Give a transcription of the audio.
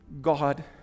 God